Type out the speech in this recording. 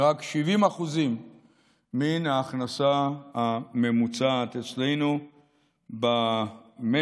היא רק 70% מן ההכנסה הממוצעת אצלנו במשק.